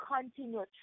continue